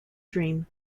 dream